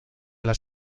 las